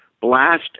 blast